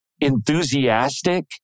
enthusiastic